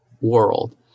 world